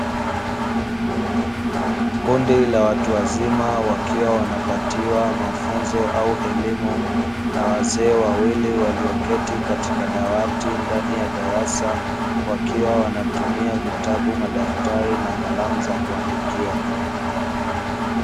Kundi la watu wazima wakiwa wanapatiwa mafunzo au elimu na wazee wawili walioketi katika dawati ndani ya darasa, wakiwa wanatumia vitabu madaftari na kalamu za kuandikia.